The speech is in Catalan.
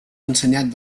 ensenyat